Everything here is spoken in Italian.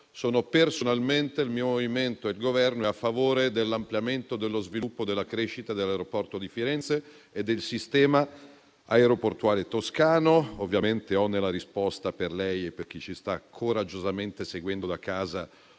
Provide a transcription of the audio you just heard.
Io personalmente, il mio movimento e il Governo, siamo a favore dell'ampliamento, dello sviluppo e della crescita dell'aeroporto di Firenze e del sistema aeroportuale toscano. Ovviamente, nella risposta per lei e per chi ci sta coraggiosamente seguendo da casa,